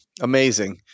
amazing